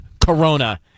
Corona